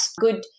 good